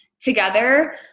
together